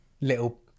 little